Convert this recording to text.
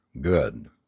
Good